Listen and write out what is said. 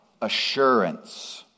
assurance